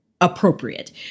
appropriate